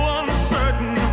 uncertain